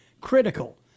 critical